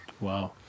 Wow